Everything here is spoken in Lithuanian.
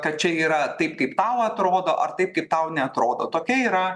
kad čia yra taip kaip tau atrodo ar taip kaip tau neatrodo tokia yra